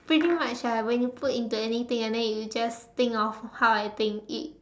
pretty much ah when you put into anything and then you just think of how I think it